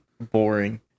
boring